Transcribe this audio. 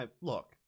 look